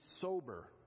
sober